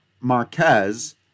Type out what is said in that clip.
Marquez